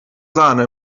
sahne